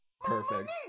Perfect